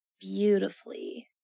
beautifully